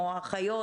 או אחיות,